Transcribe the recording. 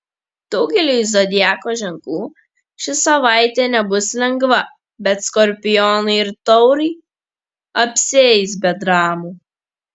daugeliui zodiako ženklų ši savaitė nebus lengva bet skorpionai ir taurai apsieis be dramų